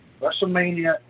WrestleMania